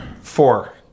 Four